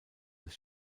des